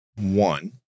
One